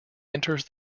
enters